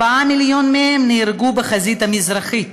4 מיליון נהרגו בחזית המזרחית,